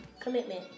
commitment